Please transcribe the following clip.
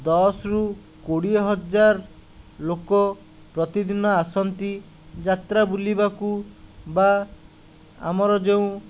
ଦଶରୁ କୋଡ଼ିଏ ହଜାର ଲୋକ ପ୍ରତିଦିନ ଆସନ୍ତି ଯାତ୍ରା ବୁଲିବାକୁ ବା ଆମର ଯେଉଁ